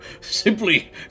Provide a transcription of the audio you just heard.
simply